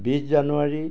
বিশ জানুৱাৰী